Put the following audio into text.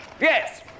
Yes